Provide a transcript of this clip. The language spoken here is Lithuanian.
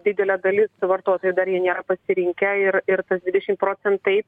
didele dali vartotojų dar jie nėra pasirinkę ir ir tas dvidešim procentai